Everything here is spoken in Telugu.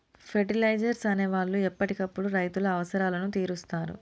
ఫెర్టిలైజర్స్ అనే వాళ్ళు ఎప్పటికప్పుడు రైతుల అవసరాలను తీరుస్తారు